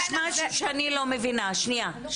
שאני לא מבינה,